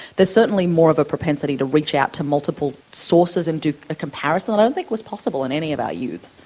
there's certainly more of a propensity to reach out to multiple sources and do a comparison that i don't think was possible in any of our youths.